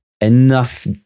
enough